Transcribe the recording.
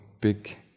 big